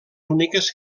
úniques